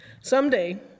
Someday